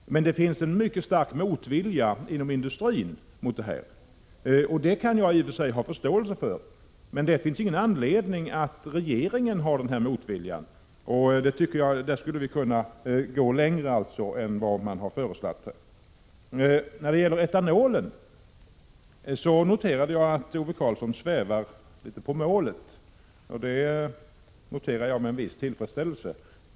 Men det finns en mycket stark motvilja inom industrin. Det kan jag i och för sig ha förståelse för, men det finns ingen anledning att regeringen har sådan motvilja. Vi borde alltså kunna gå längre än vad som har föreslagits. När det gäller etanol noterade jag — med viss tillfredsställelse — att Ove Karlsson svävade litet på målet.